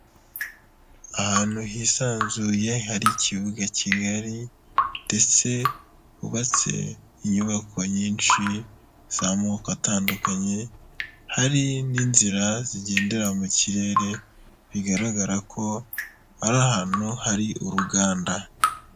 Ahantu hisanzuye hari ikibuga kigari ndetse hubatse inyubako nyinshi z'amoko atandukanye, hari n'inzira zigendera mu kirere bigaragara ko ari ahantu hari uruganda.